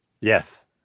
Yes